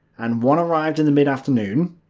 and one arrived in the mid-afternoon.